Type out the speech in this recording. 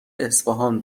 اصفهان